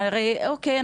אוקיי,